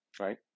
right